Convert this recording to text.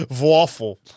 Waffle